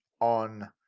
on